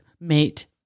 mate